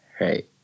right